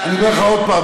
אבל אני אומר לך עוד פעם,